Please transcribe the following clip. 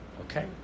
Okay